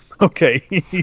Okay